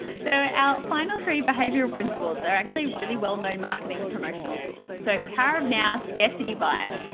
so our final three behavioral principles are actually really well-known marketing and promotional tools. so power of now, scarcity bias,